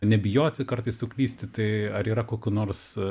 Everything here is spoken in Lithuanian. nebijoti kartais suklysti tai ar yra kokių nors